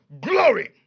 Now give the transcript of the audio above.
Glory